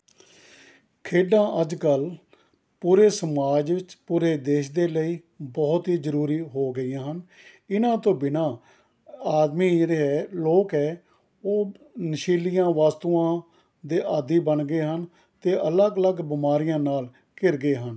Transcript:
ਖੇਡਾਂ ਅੱਜ ਕੱਲ ਪੂਰੇ ਸਮਾਜ ਵਿੱਚ ਪੂਰੇ ਦੇਸ਼ ਦੇ ਲਈ ਬਹੁਤ ਹੀ ਜ਼ਰੂਰੀ ਹੋ ਗਈਆਂ ਹਨ ਇਹਨਾਂ ਤੋਂ ਬਿਨਾਂ ਆਦਮੀ ਜਿਹੜੇ ਹੈ ਲੋਕ ਹੈ ਉਹ ਨਸ਼ੀਲੀਆਂ ਵਸਤੂਆਂ ਦੇ ਆਦੀ ਬਣ ਗਏ ਹਨ ਅਤੇ ਅਲੱਗ ਅਲੱਗ ਬਿਮਾਰੀਆਂ ਨਾਲ ਘਿਰ ਗਏ ਹਨ